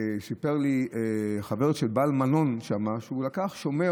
סיפר לי חבר של בעל מלון שם שהוא לקח שומר